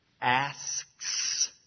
asks